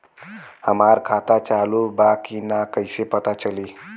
हमार खाता चालू बा कि ना कैसे पता चली?